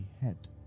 head